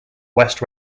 west